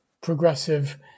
progressive